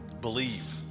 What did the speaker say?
believe